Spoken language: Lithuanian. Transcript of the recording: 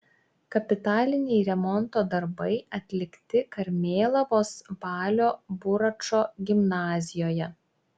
kapitaliniai remonto darbai atlikti karmėlavos balio buračo gimnazijoje